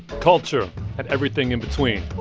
culture and everything in between